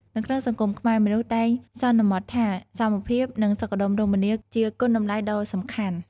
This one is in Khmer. នៅក្នុងសង្គមខ្មែរ មនុស្សតែងសន្មតថាសមភាព និងសុខដុមរមនាជាគុណតម្លៃដ៏សំខាន់។